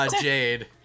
Jade